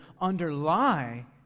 underlie